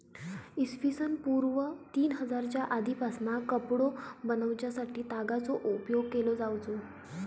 इ.स पूर्व तीन हजारच्या आदीपासना कपडो बनवच्यासाठी तागाचो उपयोग केलो जावचो